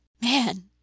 man